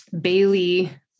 Bailey